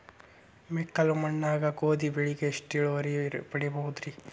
ಮೆಕ್ಕಲು ಮಣ್ಣಾಗ ಗೋಧಿ ಬೆಳಿಗೆ ಎಷ್ಟ ಇಳುವರಿ ಪಡಿಬಹುದ್ರಿ?